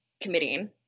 committing